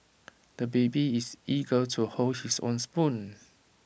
the baby is eager to hold his own spoon